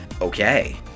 Okay